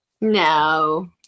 No